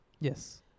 Yes